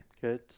good